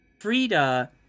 Frida